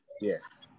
yes